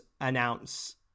announce